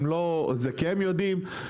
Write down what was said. הם לא, זה כי הם יודעים ש-30/70,